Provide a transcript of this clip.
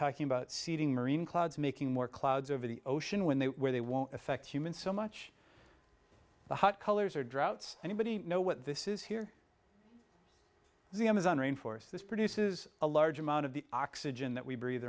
talking about seeding marine clouds making more clouds over the ocean when they where they won't affect humans so much the hot colors are droughts anybody know what this is here is the amazon rain forest this produces a large amount of the oxygen that we breathe